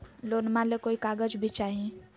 लोनमा ले कोई कागज भी चाही?